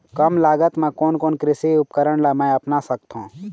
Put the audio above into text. कम लागत मा कोन कोन कृषि उपकरण ला मैं अपना सकथो?